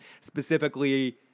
specifically